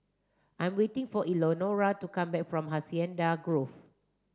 I'm waiting for Elenora to come back from Hacienda Grove